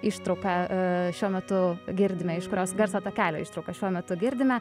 ištrauką šiuo metu girdime iš kurios garso takelio ištrauka šiuo metu girdime